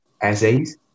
essays